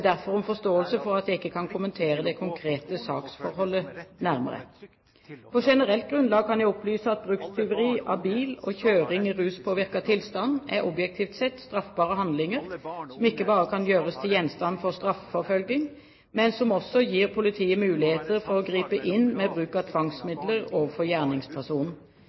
ikke kan kommentere det konkrete saksforholdet nærmere. På generelt grunnlag kan jeg opplyse at brukstyveri av bil og kjøring i ruspåvirket tilstand objektivt sett er straffbare handlinger som ikke bare kan gjøres til gjenstand for straffeforfølging, men som også gir politiet muligheter til å gripe inn med bruk av tvangsmidler overfor gjerningspersonen.